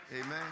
Amen